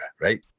right